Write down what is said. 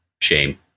Shame